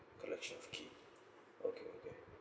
collection of key okay okay